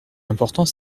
importance